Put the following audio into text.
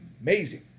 amazing